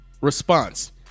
response